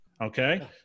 Okay